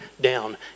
down